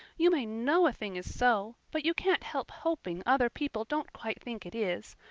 you may know a thing is so, but you can't help hoping other people don't quite think it is.